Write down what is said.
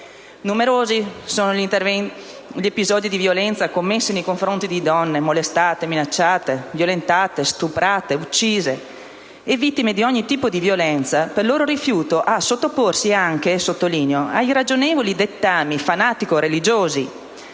Numerosi sono gli episodi di violenza commessi nei confronti di donne molestate, minacciate, violentate, stuprate, uccise, vittime di ogni tipo di violenza per il loro rifiuto a sottoporsi - lo sottolineo - ad irragionevoli dettami fanatico-religiosi,